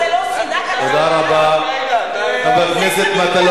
מפקד בצה"ל,